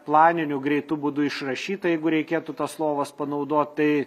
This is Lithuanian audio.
planinių greitu būdu išrašyta jeigu reikėtų tas lovas panaudot tai